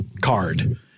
card